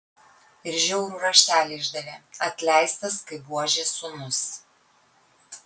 ir žiaurų raštelį išdavė atleistas kaip buožės sūnus